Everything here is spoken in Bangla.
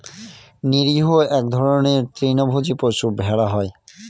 নিরীহ এক ধরনের তৃণভোজী পশু ভেড়া হয়